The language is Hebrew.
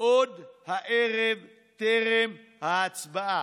עוד הערב, טרם ההצבעה.